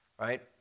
Right